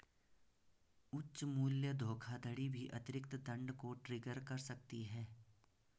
उच्च मूल्य धोखाधड़ी भी अतिरिक्त दंड को ट्रिगर कर सकती है